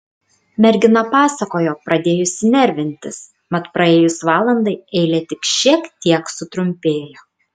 mergina pasakojo pradėjusi nervintis mat praėjus valandai eilė tik šiek tiek sutrumpėjo